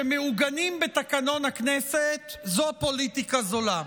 שמעוגנים בתקנון הכנסת, זה פוליטיקה זולה.